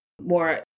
more